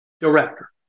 Director